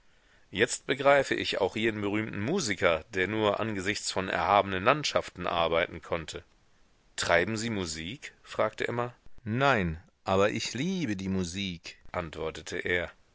jetzt begreife ich auch jenen berühmten musiker der nur angesichts von erhabenen landschaften arbeiten konnte treiben sie musik fragte emma nein aber ich liebe die musik antwortete er